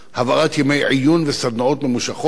העברת ימי עיון וסדנאות ממושכות